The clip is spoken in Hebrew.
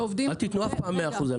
אל תיתנו אף פעם מאה אחוז הנחה.